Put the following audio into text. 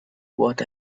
what